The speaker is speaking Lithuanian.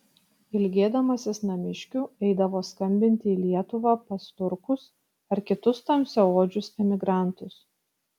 ilgėdamasis namiškių eidavo skambinti į lietuvą pas turkus ar kitus tamsiaodžius emigrantus